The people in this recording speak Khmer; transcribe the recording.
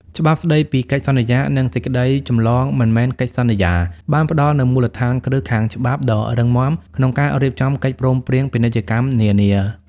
ច្បាប់ស្ដីពីកិច្ចសន្យា និងសេចក្តីចម្លងមិនមែនកិច្ចសន្យា បានផ្ដល់នូវមូលដ្ឋានគ្រឹះខាងច្បាប់ដ៏រឹងមាំក្នុងការរៀបចំកិច្ចព្រមព្រៀងពាណិជ្ជកម្មនានា។